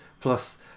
Plus